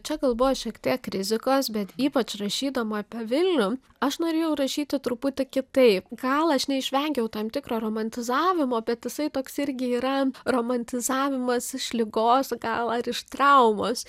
čia gal buvo šiek tiek rizikos bet ypač rašydama apie vilnių aš norėjau rašyti truputį kitaip gal aš neišvengiau tam tikro romantizavimo bet jisai toks irgi yra romantizavimas iš ligos gal ar iš traumos